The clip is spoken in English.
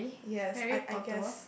yes I I guess